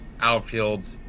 Outfield